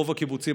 רוב הקיבוצים,